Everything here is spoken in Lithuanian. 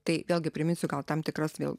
tai vėlgi priminsiu gal tam tikras vėl